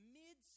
mid